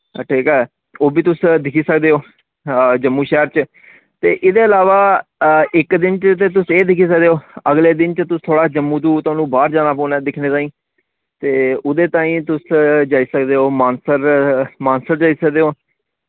ठीक ऐ ओह् बी तुस दिक्खी सकदे ओ जम्मू शैह्र च ते इदे अलावा इक दिन च ते तुस एह् दिक्खी सकदे ओ अगले दिन च तुस थोह्ड़ा जम्मू तू थोह्ड़ा बाह्र जाना पोना ऐ दिक्खने ताईं ते उदे ताईं तुस जाई सकदे ओ मानसर मानसर जाई सकदे ओ